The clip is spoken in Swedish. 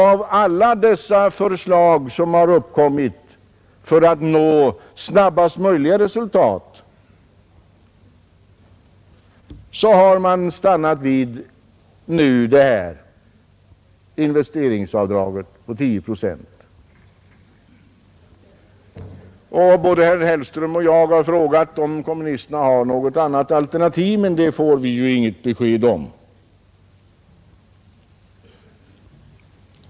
Av alla de förslag som har framförts för att nå snabbast möjliga resultat har man stannat vid ett investeringsavdrag på 10 procent. Både herr Hellström och jag har frågat, om kommunisterna har något annat alternativ, men det får vi inget besked om.